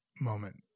moment